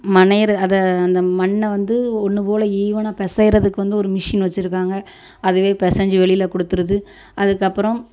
மனையிற அதை அந்த மண்ணை வந்து ஒன்று போல் ஈவனாக பிசையிறதுக்கு வந்து ஒரு மிஷின் வச்சிருக்காங்க அதுவே பெசைஞ்சி வெளியில கொடுத்துருது அதுக்கப்புறம்